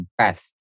path